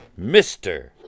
Mr